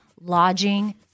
lodging